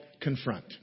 confront